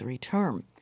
term